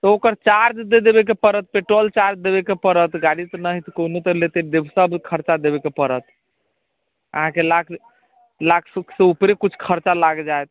ओकर चार्ज दऽ देबयके पड़त पेट्रोल चार्ज देबयके पड़त गाड़ी तऽ न हेतै कोनो तऽ लेतै सभ खर्चा देबयके पड़त अहाँकेँ लाख लाख उखसँ ऊपरे किछु खर्चा लागि जायत